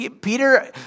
Peter